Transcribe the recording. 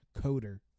coder